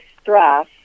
stress